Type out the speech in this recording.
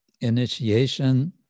initiation